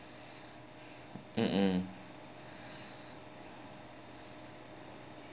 mmhmm